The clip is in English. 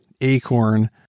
ACORN